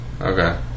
Okay